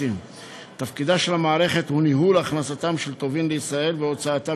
תפקידה של המערכת הוא ניהול הכנסתם של טובין לישראל והוצאתם